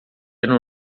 ano